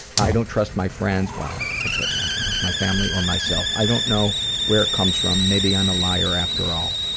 i don't trust my friends, well, i trust my friends. my family or myself. i don't know where it comes from. maybe i'm a liar, after all,